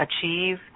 achieve